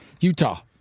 Utah